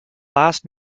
last